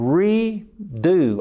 redo